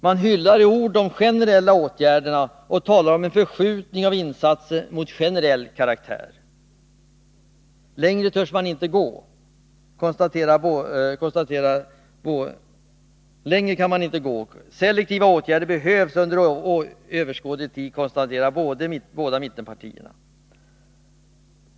Man hyllar i ord de generella åtgärderna och talar om en förskjutning av insatser mot generell karaktär. Längre törs man inte gå. Selektiva åtgärder behövs under överskådlig tid, konstaterar de båda mittenpartierna.